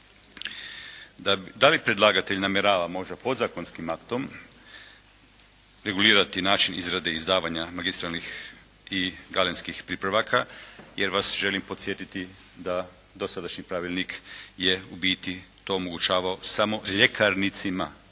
Da li predlagatelj namjerava možda podzakonskim aktom regulirati način izrade i izdavanja magistralnih i galenskih pripravaka jer vas želim podsjetiti da dosadašnji pravilnik je u biti to omogućavao samo ljekarnicima